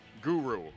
guru